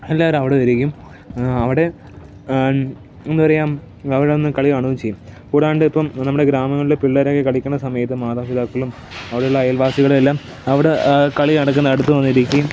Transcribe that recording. എല്ലാവരും അവിടെ വരുകയും അവിടെ എന്താപറയുക അവിടെന്ന് കളി കാണുവേം ചെയ്യാം കൂടാണ്ട് ഇപ്പം നമ്മുടെ ഗ്രാമങ്ങളിൽ പിള്ളേരൊക്കെ കളിക്കണ സമയത്തും മാതാപിതാക്കളും അവിടെ ഉള്ള അയൽവാസികളെല്ലാം അവിടെ കളി നടക്കുന്നിടത്ത് വന്നിരിക്കേം